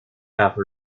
par